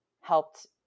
helped